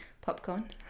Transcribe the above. Popcorn